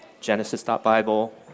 genesis.bible